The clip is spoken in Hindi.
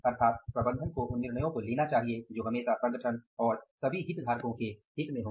अर्थात प्रबंधन को उन निर्णयों को लेना चाहिए जो हमेशा संगठन और सभी हितधारकों के हित में हों